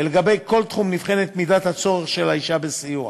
ולגבי כל תחום נבחנת מידת הצורך של האישה בסיוע.